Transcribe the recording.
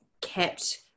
kept